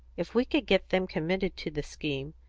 if we could get them committed to the scheme,